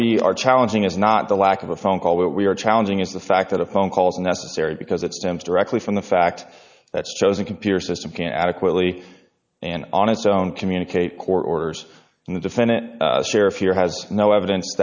we are challenging is not the lack of a phone call what we are challenging is the fact that a phone calls unnecessary because it stems directly from the fact that shows a computer system can adequately and on its own communicate court orders and the defendant sheriff here has no evidence